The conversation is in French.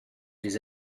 les